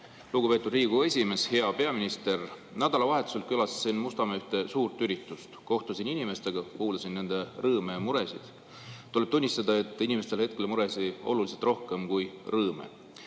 Lugupeetud Riigikogu esimees! Hea peaminister! Nädalavahetusel külastasin Mustamäel ühte suurt üritust. Kohtusin inimestega, kuulasin nende rõõme ja muresid. Tuleb tunnistada, et inimestel on hetkel muresid oluliselt rohkem kui rõõme.